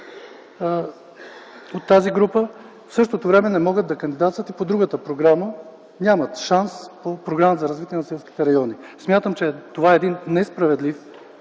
от тази група, като не могат да кандидатстват и по другата програма - нямат шанс по Програмата за развитие на селските райони. Смятам, че това е един несправедлив,